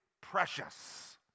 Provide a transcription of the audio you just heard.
precious